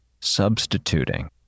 substituting